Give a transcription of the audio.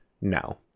No